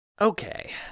Okay